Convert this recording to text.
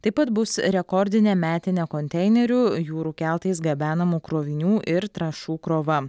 taip pat bus rekordinė metinė konteinerių jūrų keltais gabenamų krovinių ir trąšų krova